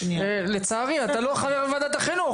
לצערי אתה לא חבר בוועדת החינוך,